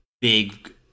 big